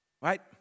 right